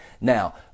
Now